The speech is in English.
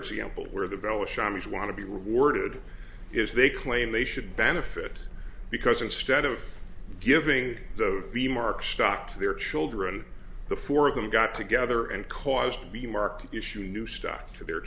example where the bell was sharma's want to be rewarded is they claim they should benefit because instead of giving those remarks stock to their children the four of them got together and caused the marked issue new stock to their